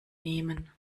nehmen